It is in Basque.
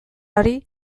hori